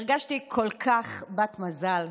הרגשתי כל כך בת מזל,